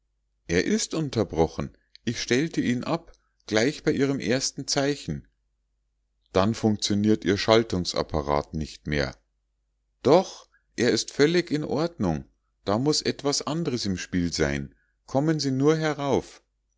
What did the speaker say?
er ist unterbrochen ich stellte ihn ab gleich bei ihrem ersten zeichen dann funktioniert ihr schaltungsapparat nicht mehr doch er ist völlig in ordnung da muß etwas andres im spiele sein kommen sie nur herauf